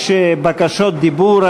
יש בקשות דיבור.